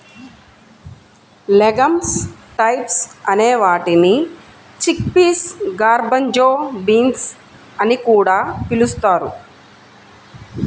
legumes types అనే వాటిని chickpeas, garbanzo beans అని కూడా పిలుస్తారు